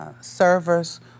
servers